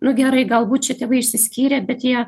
nu gerai galbūt čia tėvai išsiskyrė bet jie